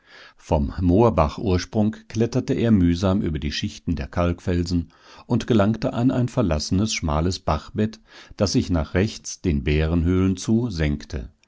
vom moorbachursprung kletterte er mühsam über die schichten der kalkfelsen und gelangte an ein verlassenes schmales bachbett das sich nach rechts den bärenhöhlen zu